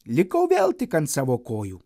likau vėl tik ant savo kojų